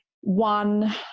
one